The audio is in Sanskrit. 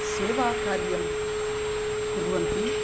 सेवाकार्यं कुर्वन्ति